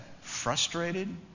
frustrated